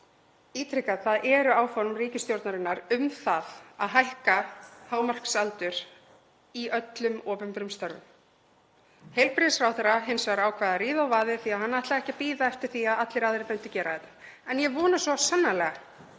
ítreka: Það eru áform ríkisstjórnarinnar að hækka hámarksaldur í öllum opinberum störfum. Heilbrigðisráðherra ákvað hins vegar að ríða á vaðið því að hann ætlaði ekki að bíða eftir því að allir aðrir myndu gera þetta. Ég vona svo sannarlega